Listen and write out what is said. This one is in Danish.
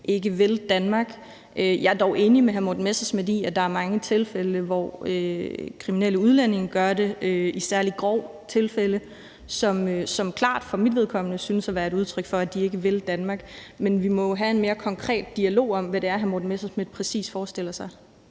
ikke vil Danmark. Jeg er dog enig med hr. Morten Messerschmidt i, at der er mange tilfælde, hvor kriminelle udlændinge gør det i særlig grove tilfælde, hvilket klart set fra mit synspunkt synes at været et udtryk for, at de ikke vil Danmark. Men vi må jo have en mere konkret dialog om, hvad det er, hr. Morten Messerschmidt præcis forestiller sig.